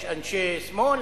יש אנשי שמאל,